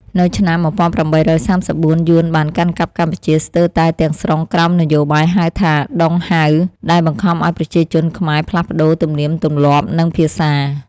នៅឆ្នាំ ១៨៣៤ យួនបានកាន់កាប់កម្ពុជាស្ទើរតែទាំងស្រុងក្រោមនយោបាយហៅថា "ដុងហៅ" ដែលបង្ខំឱ្យប្រជាជនខ្មែរផ្លាស់ប្តូរទំនៀមទម្លាប់ និងភាសា។